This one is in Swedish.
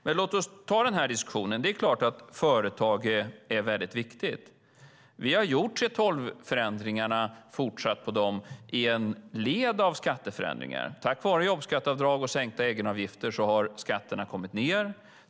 Men låt oss ta diskussionen. Det är klart att företag är viktiga. Vi har fortsatt på 3:12-förändringarna i ett led av skatteförändringar. Tack vare jobbskatteavdrag och sänkta egenavgifter har skatterna kommit ned.